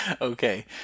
Okay